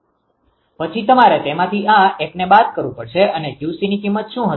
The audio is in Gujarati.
પછી તમારે તેમાંથી આ એકને બાદ કરવુ પડશે અને 𝑄𝐶ની કિંમત શુ હશે